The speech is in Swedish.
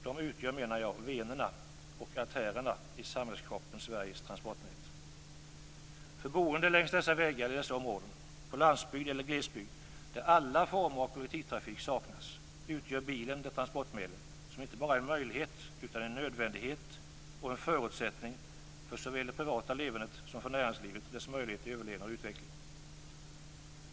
Jag menar att de utgör venerna och artärerna i samhällskroppen Sveriges transportnät. För boende längs dessa vägar eller i områden, på landsbygd eller i glesbygd, där alla former av kollektivtrafik saknas utgör bilen det transportmedel som inte bara är en möjlighet utan en nödvändighet och en förutsättning såväl för det privata levernet som för näringslivet och dess möjligheter till överlevnad och utveckling.